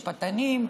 משפטנים,